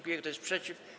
Kto jest przeciw?